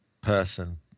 person